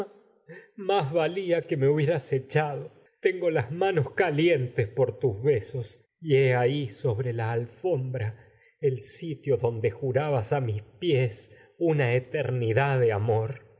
más valia que me hubieras echado tengo las manos calientes por tus besos y he ahí sobre la alfombra el sitio donde jurabas á mis pies una eternidad de amor